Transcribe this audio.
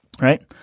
right